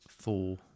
four